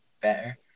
better